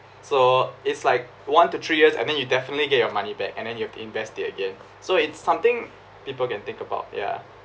so it's like one to three years and then you definitely get your money back and then you have to invest it again so it's something people can think about ya